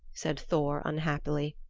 said thor unhappily,